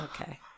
okay